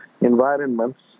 environments